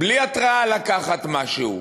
בלי התראה לקחת משהו,